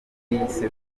yise